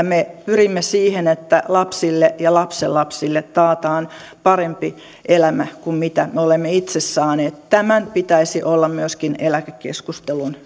me pyrimme siihen että lapsille ja lastenlapsille taataan parempi elämä kuin mitä me olemme itse saaneet tämän pitäisi olla myöskin eläkekeskustelun